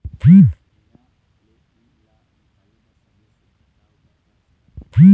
भेड़ा ले उन ला निकाले बर सबले सुघ्घर का उपाय कर सकथन?